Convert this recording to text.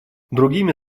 другими